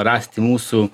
rasti mūsų